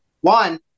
One